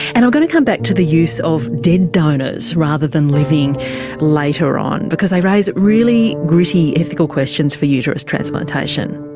and i'm going to come back to the use of dead donors rather than living later on because they raise really gritty ethical questions for uterus transplantation.